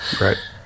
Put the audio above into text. Right